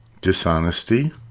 dishonesty